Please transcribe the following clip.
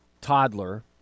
toddler